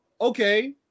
okay